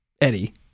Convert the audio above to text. Eddie